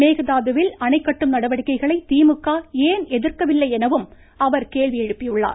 மேகதாதுவில் அணை கட்டும் நடவடிக்கைகளை திமுக ஏன் எதிர்க்கவில்லை எனவும் அவர் கேள்வி எழுப்பியுள்ளார்